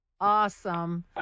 Awesome